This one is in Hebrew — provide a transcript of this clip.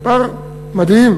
מספר מדהים.